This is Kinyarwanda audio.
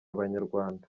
abanyarwanda